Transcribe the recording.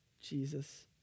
Jesus